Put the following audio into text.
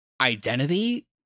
identity